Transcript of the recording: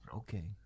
okay